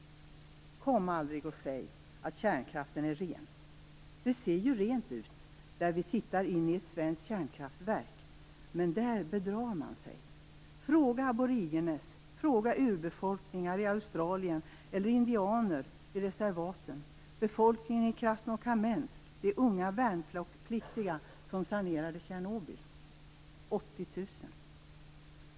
Kom aldrig och säg att kärnkraften är ren! Det ser ju rent ut när man tittar in i ett svenskt kärnkraftverk, men där bedrar man sig. Fråga aboriginerna! Fråga urbefolkningarna i Australien, indianerna i reservaten, befolkningen i Krasnokamensk och de unga värnpliktiga som sanerade Tjernobyl - 80 000.